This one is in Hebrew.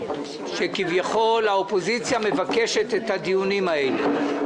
שכביכול האופוזיציה מבקשת את הדיונים האלה.